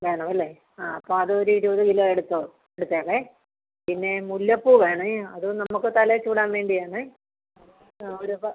വേണം അല്ലേ ആ അപ്പോൾ അതൊരു ഇരുപത് കിലോ എടുത്തോ എടുത്തേക്കേ പിന്നെ മുല്ലപ്പൂ വേണേ അത് നമുക്ക് തലയിൽ ചൂടാൻ വേണ്ടിയാണേ അത് ആ ഒരു